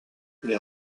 les